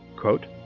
quote,